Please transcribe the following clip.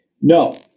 no